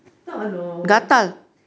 gatal lor